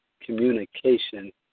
communication